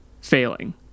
failing